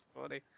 funny